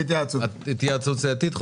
התייעצות סיעתית.